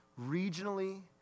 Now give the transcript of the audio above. regionally